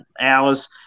hours